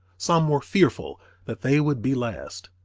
some were fearful that they would be last.